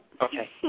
Okay